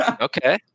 Okay